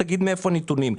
תגיד מאיפה הנתונים?